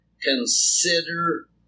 consider